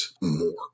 more